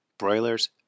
broilers